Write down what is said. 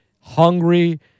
hungry